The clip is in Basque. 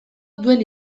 duen